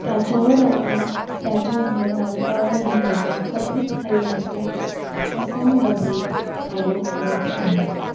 त्याच्यावर आता त्याच्या घरमालकावर झालेल्या कथित हल्ल्याचे असंबंधित आरोप होत आहेत